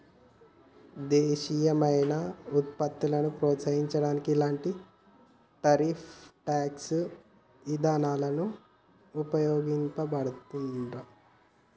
దేశీయమైన వుత్పత్తులను ప్రోత్సహించడానికి ఇలాంటి టారిఫ్ ట్యేక్స్ ఇదానాలను వుపయోగిత్తండ్రు